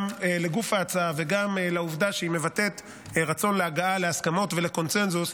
גם לגוף ההצעה וגם לעובדה שהיא מבטאת רצון להגעה להסכמות ולקונסנזוס,